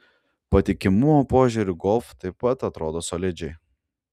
patikimumo požiūriu golf taip pat atrodo solidžiai